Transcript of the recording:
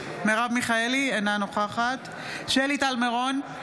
מיכאלי, אינה נוכחת שלי טל מירון,